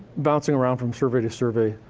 bouncing around from survey to survey,